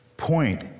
point